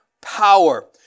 power